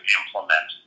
implement